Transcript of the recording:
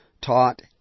taught